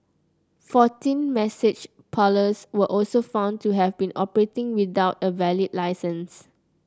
fourteen massage parlours were also found to have been operating without a valid licence